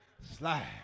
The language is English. slide